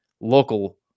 local